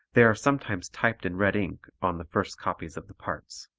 they are sometimes typed in red ink on the first copies of the parts.